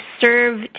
serve